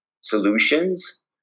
solutions